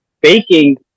baking